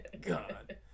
God